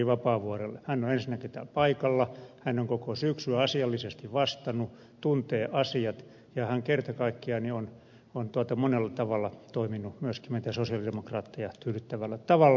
hän on ensinnäkin täällä paikalla hän on koko syksyn asiallisesti vastannut tuntee asiat ja hän kerta kaikkiaan on monella tavalla toiminut myöskin meitä sosialidemokraatteja tyydyttävällä tavalla